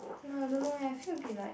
no I don't know leh I feel a bit like